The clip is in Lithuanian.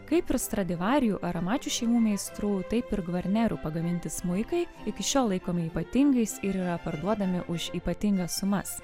kaip ir stradivarijų ar amačių šeimų meistrų taip ir gvarnerių pagaminti smuikai iki šiol laikomi ypatingais ir yra parduodami už ypatingas sumas